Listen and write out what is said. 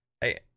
hey